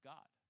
God